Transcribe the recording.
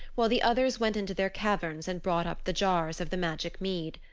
while the others went into their caverns and brought up the jars of the magic mead.